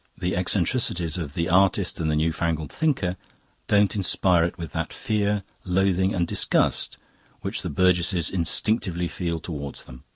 the eccentricities of the artist and the new-fangled thinker don't inspire it with that fear, loathing, and disgust which the burgesses instinctively feel towards them.